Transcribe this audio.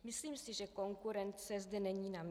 Myslím si, že konkurence zde není namístě.